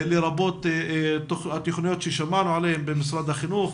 לרבות התוכניות עליהן שמענו במשרד החינוך,